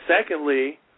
Secondly